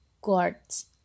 guards